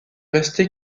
resté